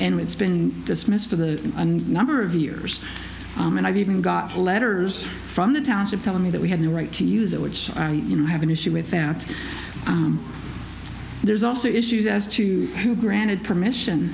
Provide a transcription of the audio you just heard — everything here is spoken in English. and it's been dismissed for the number of years and i've even got letters from the township telling me that we have the right to use it which you know i have an issue with that there's also issues as to who granted permission